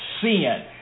sin